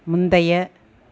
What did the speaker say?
முந்தைய